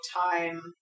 time